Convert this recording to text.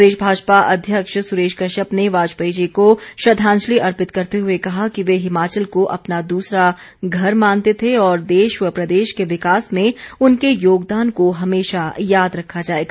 प्रदेश भाजपा अध्यक्ष सुरेश कश्यप ने वाजपेयी जी को श्रद्वांजलि अर्पित करते हुए कहा कि वे हिमाचल को अपना दूसरा घर मानते थे और देश व प्रदेश के विकास में उनके योगदान को हमेशा याद रखा जाएगा